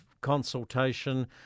consultation